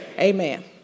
Amen